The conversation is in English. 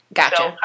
Gotcha